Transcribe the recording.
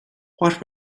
what